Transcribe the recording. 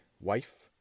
wife